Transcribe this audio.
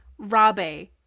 Rabe